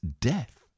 death